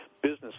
business